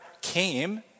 came